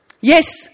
Yes